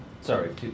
sorry